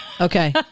Okay